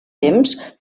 temps